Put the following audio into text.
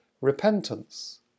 repentance